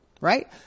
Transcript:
right